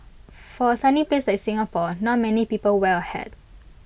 for A sunny place like Singapore not many people wear A hat